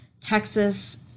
texas